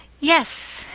yes,